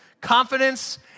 Confidence